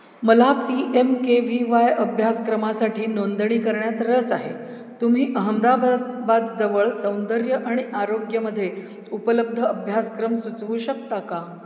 मला P M K V Y अभ्यासक्रमासाठी नोंदणी करण्यात रस आहे तुम्ही अहमदाबाद बाद जवळ सौंदर्य आणि आरोग्यमध्ये उपलब्ध अभ्यासक्रम सुचवू शकता का